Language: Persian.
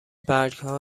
برگها